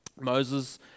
Moses